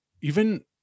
even-